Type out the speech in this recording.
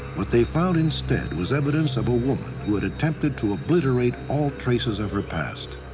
what they found instead was evidence of a woman who had attempted to obliterate all traces of her past.